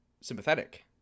sympathetic